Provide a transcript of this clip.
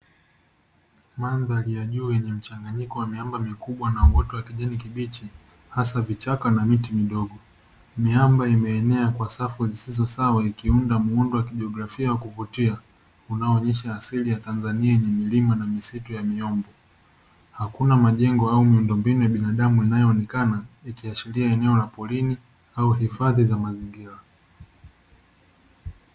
Mandhari ya juu ina mchanganyiko wa miamba mikubwa na uoto wa kijani kibichi, hasa vichaka na miti midogo. Miamba imeenea kwa safu zisizo sawa ikiunda muundo wa kijiografia wa kuvutia, unaoonyesha asili ya Tanzania yenye milima na misitu ya miombo. Hakuna majengo au miundombinu ya binadamu inayoonekana, ikiashiria eneo la porini, au hifadhi za mazingira.